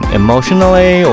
emotionally